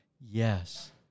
yes